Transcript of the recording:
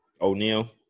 O'Neal